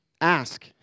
Ask